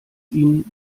ihnen